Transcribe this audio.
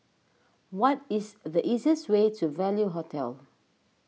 what is the easiest way to Value Hotel